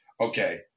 okay